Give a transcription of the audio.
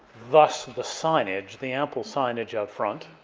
thus the signage, the ample signage up front.